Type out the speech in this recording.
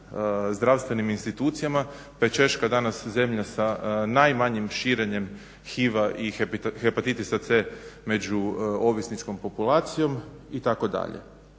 zdravstvenim institucijama, da je Češka danas zemlja sa najmanjim širenjem HIV-a i hepatitisa C među ovisničkom populacijom itd.